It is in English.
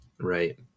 right